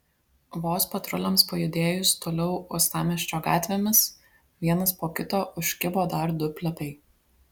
vos patruliams pajudėjus toliau uostamiesčio gatvėmis vienas po kito užkibo dar du plepiai